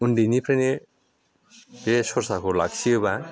उन्दैनिफ्रायनो बे सरसाखौ लाखियोब्ला